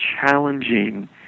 challenging